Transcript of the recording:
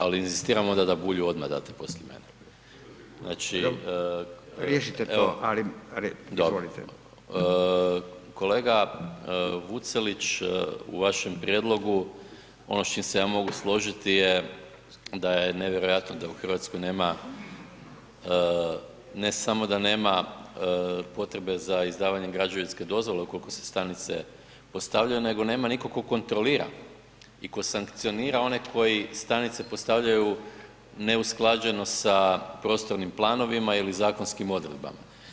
Ali inzistiram onda da Bulju odmah date poslije mene [[Upadica: Dobro, riješite to, ali recite, izvolite.]] dobro, kolega Vucelić u vašem prijedlogu ono s čim se ja mogu složiti je da je nevjerojatno da u Hrvatskoj nema, ne samo da nema potrebe za izdavanje građevinske dozvole ukoliko se stanice postavljaju nego nema nitko tko kontrolira i tko sankcionira one koji stanice postavljaju neusklađeno sa prostornim planovima ili zakonskim odredbama.